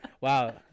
Wow